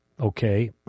okay